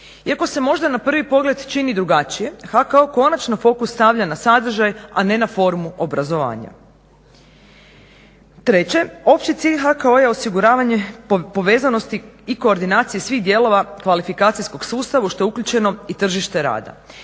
Iako se možda na prvi pogled čini drugačije HKO konačno fokus stavlja na sadržaj a ne na formu obrazovanja. Treće, opći cilj HKO-a je osiguravanje povezanosti i koordinacije svih dijelova kvalifikacijskog sustava u što je uključeno i tržište rada.